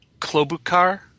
Klobukar